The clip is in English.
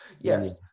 Yes